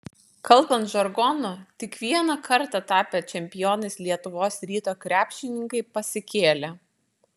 kalbant žargonu tik vieną kartą tapę čempionais lietuvos ryto krepšininkai pasikėlė